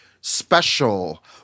Special